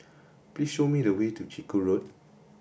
please show me the way to Chiku Road